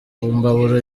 mbabura